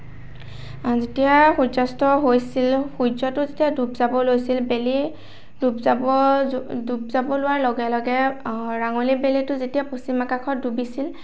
যেতিয়া সূৰ্যাস্ত হৈছিল সূৰ্যটো যেতিয়া ডুব যাব লৈছিল বেলি ডুব যাব ডুব যাব লোৱাৰ লগে লগে ৰাঙলী বেলিটো যেতিয়া পশ্চিম আকাশত ডুবিছিল